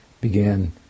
began